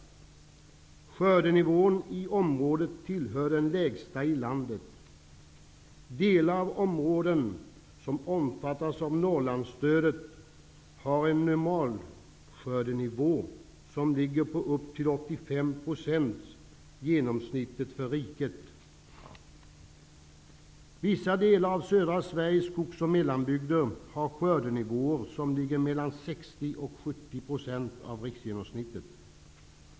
Skördenivån i området tillhör den lägsta i landet. Delar av de områden som omfattas av Norrlandsstödet har en normalskördenivå som motsvarar upp till 85 % av genomsnittet för riket. Vissa delar av södra Sveriges skogs och mellanbygder har skördenivåer på mellan 60 och 70 % av riksgenomsnittet.